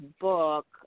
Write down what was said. book